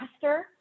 faster